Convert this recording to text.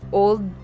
old